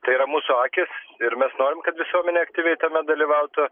tai yra mūsų akys ir mes norim kad visuomenė aktyviai tame dalyvautų